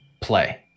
play